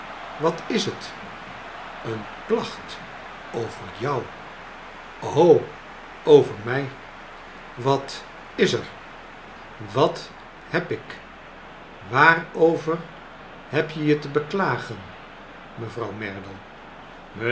wat is het een klacht over jou over mij wat is er wat heb ik waarover heb je je te beklagen mevrouw merdle